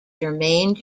jermaine